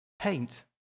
Paint